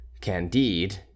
Candide